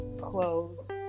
clothes